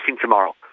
tomorrow